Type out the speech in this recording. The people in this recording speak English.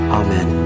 amen